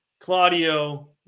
Claudio